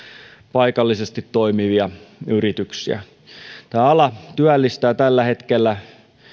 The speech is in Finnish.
paikallisesti toimivia yrityksiä tämä ala työllistää tällä hetkellä